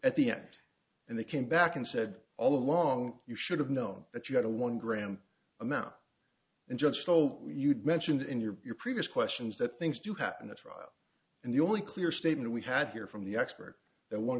at the end and they came back and said all along you should have known that you had a one gram amount and just so you'd mentioned in your previous questions that things do happen to trial and the only clear statement we had here from the expert that on